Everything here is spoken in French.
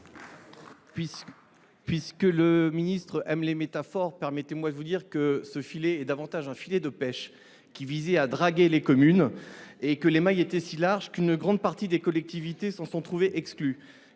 puisque vous aimez les métaphores, permettez moi de vous dire que ce filet est davantage un filet de pêche qui visait à draguer les communes et que les mailles étaient si larges qu’une grande partie des collectivités s’en sont trouvées exclues